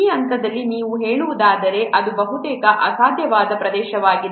ಈ ಹಂತದಲ್ಲಿ ನೀವು ಹೇಳುವುದಾದರೆ ಅದು ಬಹುತೇಕ ಅಸಾಧ್ಯವಾದ ಪ್ರದೇಶವಾಗಿದೆ